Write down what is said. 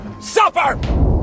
Supper